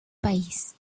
país